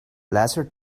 laser